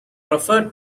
referred